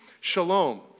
shalom